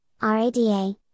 RADA